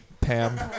Pam